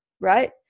right